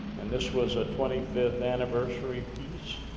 and this was a twenty fifth anniversary piece.